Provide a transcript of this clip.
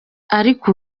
ariko